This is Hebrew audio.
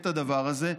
את הדבר הזה,